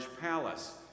palace